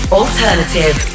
alternative